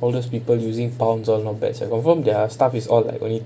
all those people using tongs all not bad sia confirm their stuff is all like only